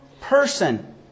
person